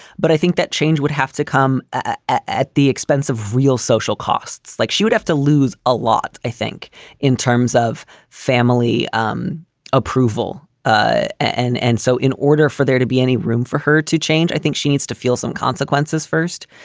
but i think that change would have to come ah at the expense of real social costs, like she would have to lose a lot. i think in terms of family um approval. ah and and so in order for there to be any room for her to change, i think she needs to feel some consequences first.